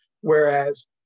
Whereas